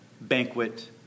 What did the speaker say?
banquet